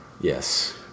yes